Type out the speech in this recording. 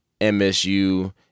MSU